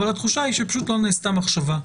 אבל התחושה היא שפשוט לא נעשתה מחשבה,